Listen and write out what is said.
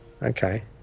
Okay